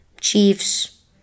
Chiefs